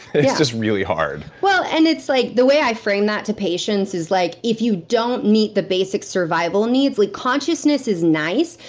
it's just really hard well, and it's like. the way i frame that, to patients, is like, if you don't meet the basic survival needs, like consciousness is nice,